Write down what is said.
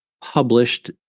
published